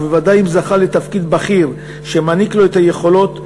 ובוודאי אם זכה לתפקיד בכיר שמעניק לו את היכולות,